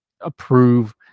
approve